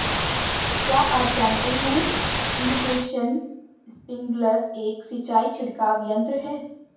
क्या आप जानते है इरीगेशन स्पिंकलर एक सिंचाई छिड़काव यंत्र है?